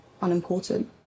unimportant